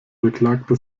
beklagte